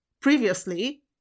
previously